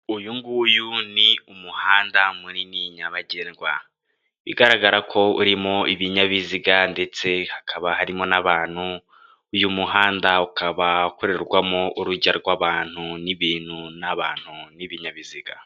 Uyu nguyu ni umuhanda munini nyabagendwa bigaragara ko urimo ibinyabiziga ndetse hakaba harimo n'abantu, uyu muhanda ukaba ukorerwamo urujya rw'abantu n'ibintu n'abantu n'ibinyabiziga.